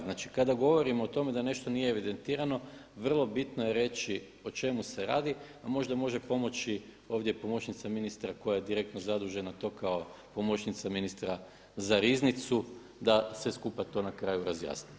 Znači kada govorimo o tome da nešto nije evidentirano vrlo bitno je reći o čemu se radi, a možda može pomoći ovdje pomoćnica ministra koja je direktno zadužena to kao pomoćnica ministra za riznicu da se skupa to na kraju razjasni.